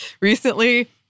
Recently